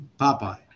Popeye